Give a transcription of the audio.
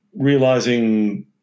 realizing